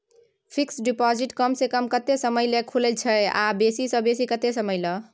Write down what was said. Fixed deposit कम स कम कत्ते समय ल खुले छै आ बेसी स बेसी केत्ते समय ल?